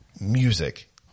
music